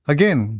Again